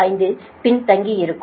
5 பின்தங்கியிருக்கும்